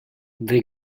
the